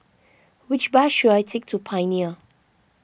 which bus should I take to Pioneer